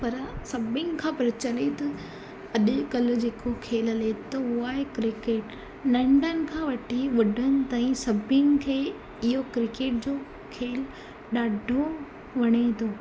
पर सभिनि खां प्रचलित अॼुकल्ह जेको खेलु हले थो उहा आहे क्रिकेट नंढनि खां वठी वॾनि ताईं सभिनि खे इहो क्रिकेट जो खेलु ॾाढो वणे थो